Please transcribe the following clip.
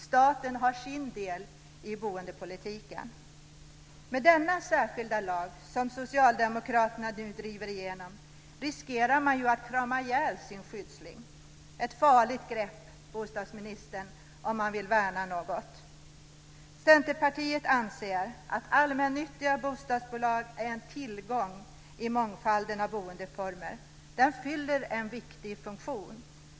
Staten har sin del i boendepolitiken. Med denna särskilda lag som Socialdemokraterna nu driver igenom riskerar man att krama ihjäl sin skyddsling. Det är ett farligt grepp, bostadsministern, om man vill värna något. Centerpartiet anser att allmännyttiga bostadsbolag är en tillgång i mångfalden av boendeformer. De fyller en viktig funktion.